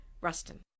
Ruston